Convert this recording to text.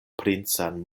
princan